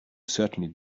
certainly